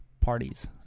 parties